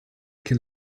che